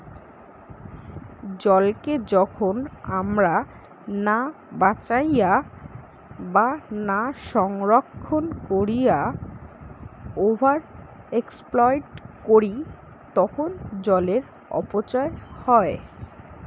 জলকে যখন আমরা না বাঁচাইয়া বা না সংরক্ষণ কোরিয়া ওভার এক্সপ্লইট করি তখন জলের অপচয় হয়